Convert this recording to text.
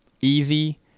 easy